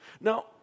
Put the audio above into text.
Now